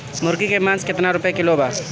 मुर्गी के मांस केतना रुपया किलो बा?